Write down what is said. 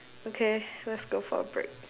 okay let's go for a break